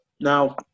now